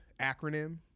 acronym